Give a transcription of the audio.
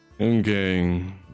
Okay